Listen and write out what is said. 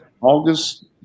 August